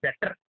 better